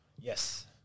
Yes